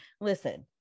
Listen